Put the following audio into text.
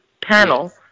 panel